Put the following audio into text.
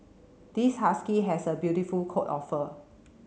this husky has a beautiful coat of fur